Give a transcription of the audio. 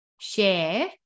share